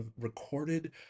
recorded